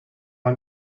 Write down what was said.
man